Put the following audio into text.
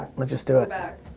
let's just do it.